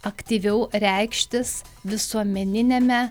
aktyviau reikštis visuomeniniame